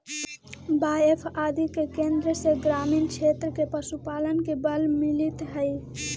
बाएफ आदि के केन्द्र से ग्रामीण क्षेत्र में पशुपालन के बल मिलित हइ